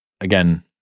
again